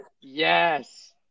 yes